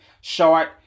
short